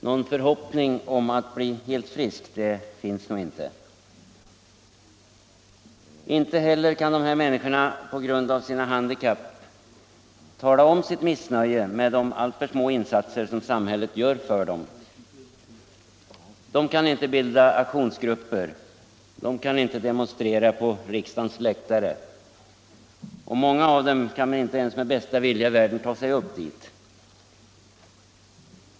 Någon förhoppning om att bli helt frisk finns nog inte. Inte heller kan dessa människor på grund av sina handikapp tala om sitt missnöje med de alltför små insatser som samhället gör för dem. De kan inte bilda aktionsgrupper, de kan inte demonstrera på riksdagens läktare och många av dem kan inte ens med bästa vilja i världen ta sig upp dit.